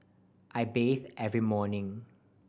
I bathe every morning